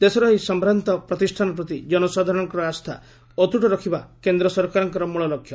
ଦେଶର ଏହି ସମ୍ଭ୍ରାନ୍ତ ପ୍ରତିଷ୍ଠାନ ପ୍ରତି ଜନ ସାଧାରଣଙ୍କ ଆସ୍ଥା ଅତ୍ତ୍ବ ରଖିବା କେନ୍ଦ୍ର ସରକାରଙ୍କର ମୂଳଲକ୍ଷ୍ୟ